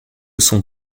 son